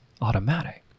automatic